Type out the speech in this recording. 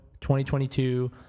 2022